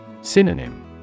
Synonym